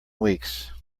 weeks